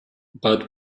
but